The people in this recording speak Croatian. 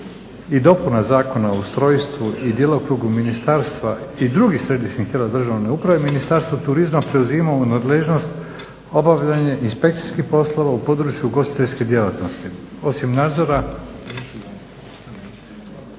i dopuna Zakona o ustrojstvu i djelokrugu ministarstva i drugih središnjih tijela državne uprave Ministarstvo turizma preuzima u nadležnost obavljanje inspekcijskih poslova u području ugostiteljske djelatnosti. **Stazić,